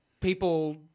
People—